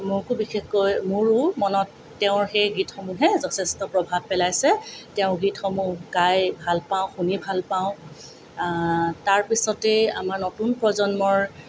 মোকো বিশেষকৈ মোৰো মনত তেওঁৰ সেই গীতসমূহে যথেষ্ট প্ৰভাৱ পেলাইছে তেওঁৰ গীতসমূহ গাই ভাল পাওঁ শুনি ভাল পাওঁ তাৰপিছতেই আমাৰ নতুন প্ৰজন্মৰ